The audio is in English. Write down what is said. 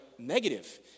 Negative